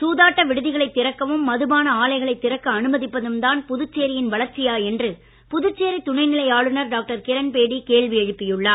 சூதாட்ட விடுதிகளை திறக்கவும் மதுபான ஆலைகளை திறக்க அனுமதிப்பதும் தான் புதுச்சேரியின் வளர்ச்சியா என்று புதுச்சேரி துணைநிலை ஆளுநர் டாக்டர் கிரண் பேடி கேள்வி எழுப்பியுள்ளார்